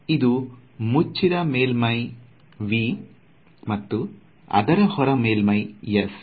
ಇದು ಮುಚ್ಚಿದ ಮೇಲ್ಮೈ V ಮತ್ತು ಅದರ ಹೊರ ಮೇಲ್ಮೈ S